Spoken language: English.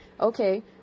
Okay